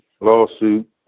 lawsuit